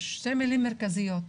שתי מילים מרכזיות.